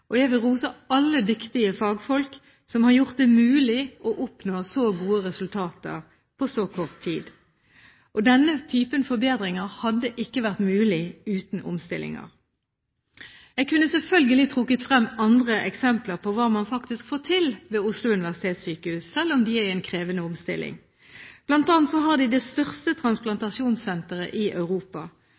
Jeg vil rose alle dyktige fagfolk som har gjort det mulig å oppnå så gode resultater på så kort tid. Denne type forbedringer hadde ikke vært mulig uten omstillinger. Jeg kunne selvfølgelig trukket frem andre eksempler på hva man faktisk får til ved Oslo universitetssykehus, selv om de er i en krevende omstilling. Blant annet har de det største transplantasjonssenteret i Europa.